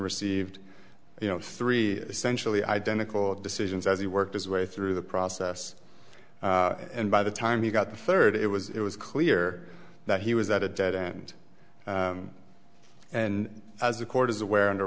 received you know three essentially identical decisions as he worked his way through the process and by the time he got the third it was it was clear that he was at a dead end and as the court is awar